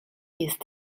jest